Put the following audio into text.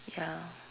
ya